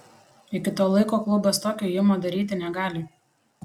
iki to laiko klubas tokio ėjimo daryti negali